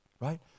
right